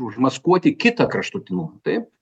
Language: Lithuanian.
užmaskuoti kitą kraštutinumą taip